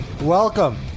welcome